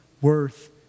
worth